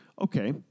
okay